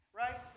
right